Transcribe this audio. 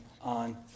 on